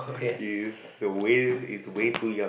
is way is way to young